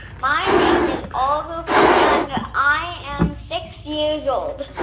my name is olive, ah and i am six years old.